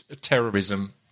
terrorism